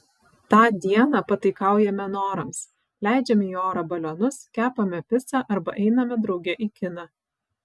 tą dieną pataikaujame norams leidžiame į orą balionus kepame picą arba einame drauge į kiną